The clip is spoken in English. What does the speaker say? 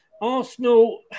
Arsenal